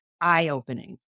eye-opening